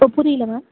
அ புரியல மேம்